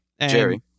Jerry